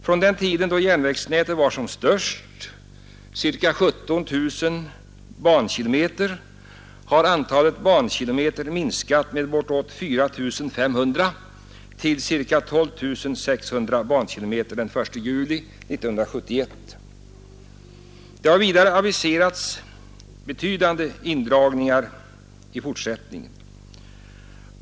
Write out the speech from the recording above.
Från den tiden då järnvägsnätet var som störst, ca 17 000 bankilometer, har antalet bankilometer minskat med bortåt 4 500 till 12 600 den 1 juli 1971. Det har vidare aviserats betydande indragningar i fortsättningen.